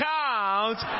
count